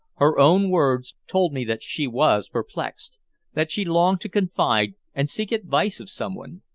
her own words told me that she was perplexed that she longed to confide and seek advice of someone,